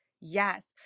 Yes